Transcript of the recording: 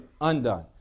undone